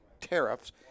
tariffs